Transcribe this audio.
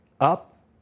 Up